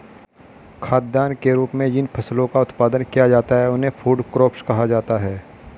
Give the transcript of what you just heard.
खाद्यान्न के रूप में जिन फसलों का उत्पादन किया जाता है उन्हें फूड क्रॉप्स कहा जाता है